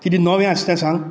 किदें नवें आसा तें सांग